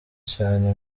cyane